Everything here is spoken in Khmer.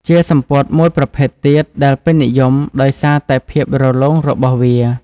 ជាសំពត់មួយប្រភេទទៀតដែលពេញនិយមដោយសារតែភាពរលោងរបស់វា។